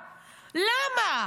למה?